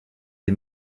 les